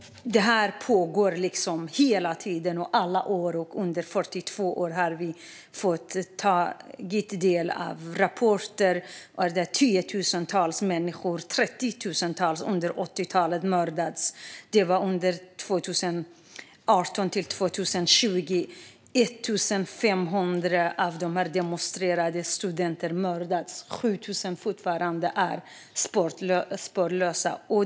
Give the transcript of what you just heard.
Det här pågår hela tiden. Under 42 år har vi fått ta del av rapporter om detta. Under 80-talet mördades 30 000 människor. Under 2018 till 2020 mördades 1 500 demonstrerande studenter. 7 000 människor är fortfarande fängslade.